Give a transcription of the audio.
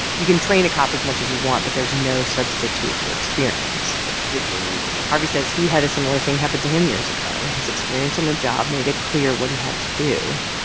you can train a cop as much as you want. but there's no substitute for experience a particular incident. harvey says he had a similar thing happen to him years ago. his experience on the job made it clear what he had to do.